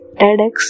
TEDx